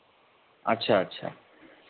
अच्छा अच्छा